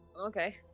Okay